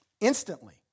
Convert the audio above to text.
instantly